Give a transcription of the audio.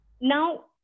now